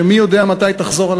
שמי יודע מתי תחזור.